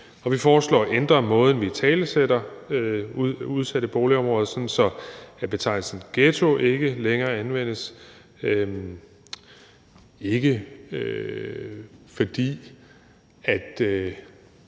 vi foreslår at ændre måden, hvorpå vi italesætter udsatte boligområder, sådan at betegnelsen ghetto ikke længere anvendes.